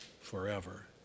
forever